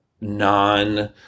non